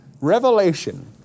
Revelation